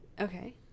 Okay